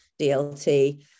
DLT